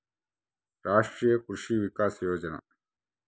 ರಾಷ್ಟ್ರೀಯ ಕೃಷಿ ವಿಕಾಸ ಯೋಜನೆ